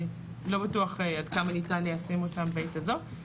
שלא בטוח עד כמה ניתן ליישם אותם בעת הזאת.